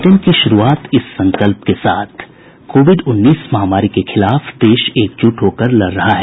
bulletin की शुरूआत इस संकल्प के साथ कोविड उन्नीस महामारी के खिलाफ देश एकजुट होकर लड़ रहा है